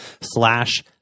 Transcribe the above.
slash